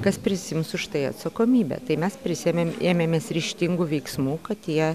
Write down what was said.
kas prisiims už tai atsakomybę tai mes prisiėmėm ėmėmės ryžtingų veiksmų kad tie